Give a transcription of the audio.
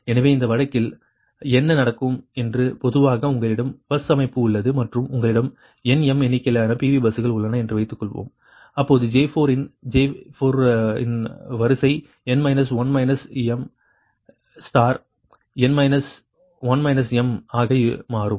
எனவே இந்த வழக்கில் என்ன நடக்கும் என்று பொதுவாக உங்களிடம் பஸ் அமைப்பு உள்ளது மற்றும் உங்களிடம் n m எண்ணிக்கையிலான PV பஸ்கள் உள்ளன என்று வைத்துக்கொள்வோம் அப்போது J4 இன் J4 வரிசை ஆக மாறும்